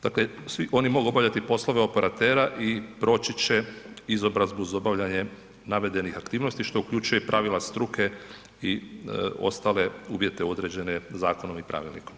Dakle svi oni mogu obavljati poslove operatera i proći će izobrazbu uz obavljanje navedenih aktivnosti što uključuje pravila struke i ostale uvjete određene zakonom i pravilnikom.